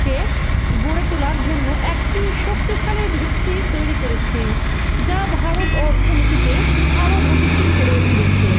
কে গড়ে তোলার জন্য একটি শক্তিশালী ভিত্তি তৈরি করেছি যা ভারত অর্থনীতিকে আরও গতিশীল করে তুলেছে